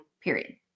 Period